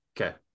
Okay